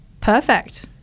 Perfect